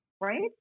Right